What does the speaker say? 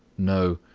no,